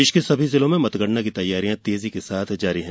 प्रदेश की सभी जिलों में मतगणना की तैयारियां तेजी से जारी है